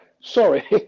Sorry